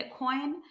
Bitcoin